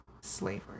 Slavery